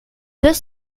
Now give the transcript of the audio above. deux